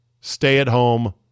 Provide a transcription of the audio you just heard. stay-at-home